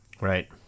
Right